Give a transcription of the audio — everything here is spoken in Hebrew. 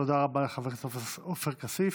תודה רבה לחבר הכנסת עופר כסיף.